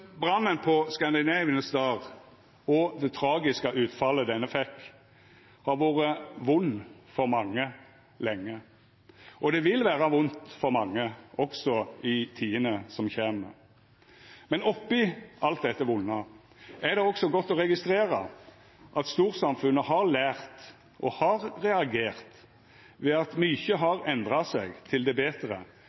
Brannen på «Scandinavian Star» og det tragiske utfallet denne fekk, har vore vond for mange lenge, og det vil vera vondt for mange også i tidene som kjem. Men oppi alt dette vonde er det også godt å registrera at storsamfunnet har lært og har reagert, ved at mykje har endra seg til det betre